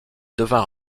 devint